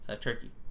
turkey